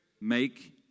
make